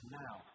now